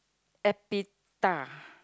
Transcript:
avatar